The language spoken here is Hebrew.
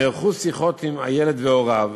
נערכו שיחות עם הילד והוריו.